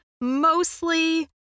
mostly